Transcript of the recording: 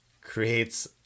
creates